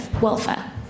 welfare